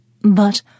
But